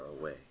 away